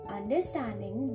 understanding